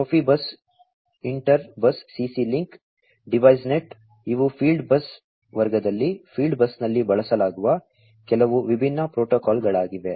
Profibus Interbus CC link DeviceNet ಇವು field bus ವರ್ಗದಲ್ಲಿ field ಬಸ್ನಲ್ಲಿ ಬಳಸಲಾಗುವ ಕೆಲವು ವಿಭಿನ್ನ ಪ್ರೋಟೋಕಾಲ್ಗಳಾಗಿವೆ